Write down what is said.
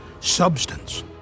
substance